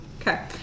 Okay